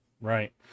Right